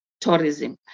tourism